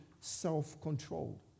self-controlled